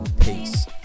Peace